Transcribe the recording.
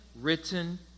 written